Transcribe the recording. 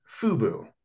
FUBU